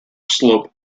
slope